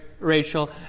Rachel